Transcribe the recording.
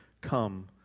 come